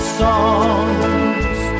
songs